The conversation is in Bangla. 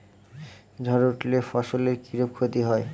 ঝড় উঠলে ফসলের কিরূপ ক্ষতি হয়?